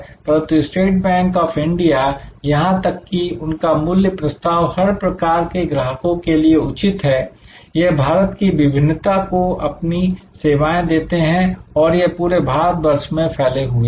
परंतु State Bank of India यहां तक कि उनका मूल्य प्रस्ताव हर प्रकार के ग्राहकों के लिए उचित है यह भारत की विभिन्नता को अपनी सेवाएं देते हैं और यह पूरे भारतवर्ष में फैले हुए हैं